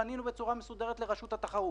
פנינו בצורה מסודרת לרשות התחרות,